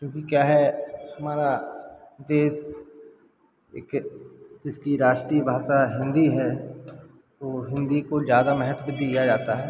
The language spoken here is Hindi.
क्योंकि क्या है हमारा देश एक जिसकी राष्ट्रीय भाषा हिन्दी है तो हिन्दी को ज़्यादा महत्व दिया जाता है